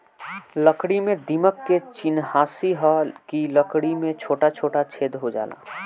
लकड़ी में दीमक के चिन्हासी ह कि लकड़ी में छोटा छोटा छेद हो जाला